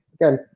again